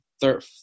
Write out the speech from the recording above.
third